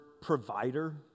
provider